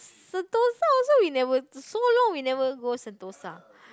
Sentosa also you never so long you never go Sentosa